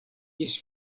ĝis